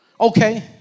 okay